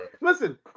Listen